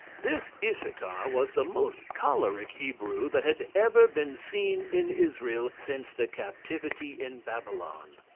this issachar was the most choleric hebrew that had ever been seen in israel since the captivity in babylon.